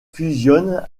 fusionnent